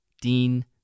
Dean